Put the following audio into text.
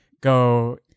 go